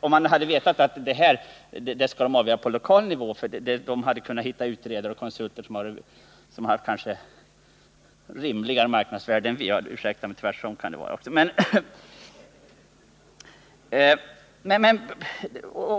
Det hade varit värdefullt om man hade vetat vad som skall avgöras på regional nivå. För då hade det varit möjligt att hitta utredare och konsulter som kanske haft rimligare marknadsvärde än vi har. Ursäkta — tvärtom kan det också vara.